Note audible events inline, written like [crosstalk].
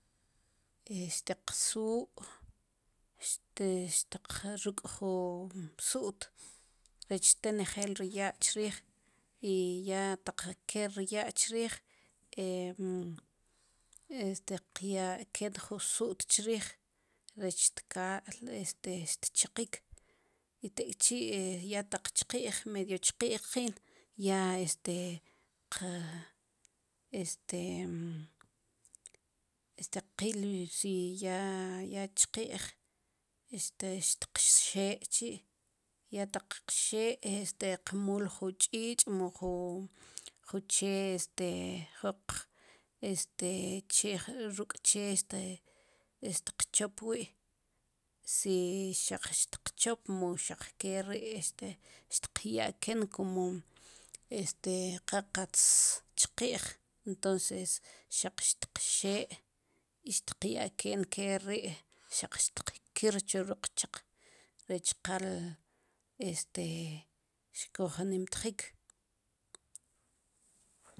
E xteqsu' xteq ruk' ju su't rech tel nejeel ri ya' chriij i ya taq keel ri ya' chriij [hesitation] este qyaken ju su't chriij rech tkaal este tchiqik i tek'chi ya taq chqiij medio chqij qin ya este qa [hesitation] este qil si ya ya chqij este tiqxe' chi ya taq qxe' teqmul ju ch'ich' mu ju che este [unintelligible] este che ruk' che este tiq chop wi' si xaq tiqchop mu xaq ke ri este xtikyaken kumo este qa qatz chqij entonces xaq xtqxe' i xtqyaken qe ri' xaq tqkir chu ruqchaq rech qal este xkuj nimtjik